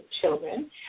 children